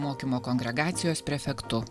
mokymo kongregacijos prefektu